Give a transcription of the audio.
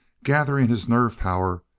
gathering his nerve power,